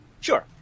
Sure